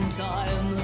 time